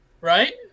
right